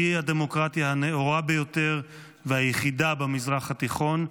היא הדמוקרטיה הנאורה ביותר והיחידה במזרח התיכון,